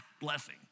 Blessing